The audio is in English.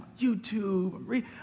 YouTube